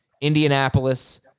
Indianapolis